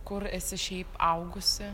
kur esi šiaip augusi